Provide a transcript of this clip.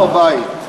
בבית.